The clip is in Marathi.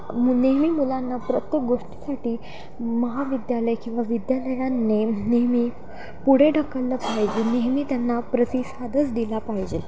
नेहमी मुलांना प्रत्येक गोष्टीसाठी महाविद्यालय किंवा विद्यालयाने नेहमी पुढे ढकललं पाहिजे नेहमी त्यांना प्रतिसादच दिला पाहिजे